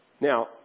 Now